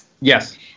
Yes